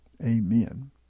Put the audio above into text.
Amen